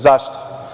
Zašto?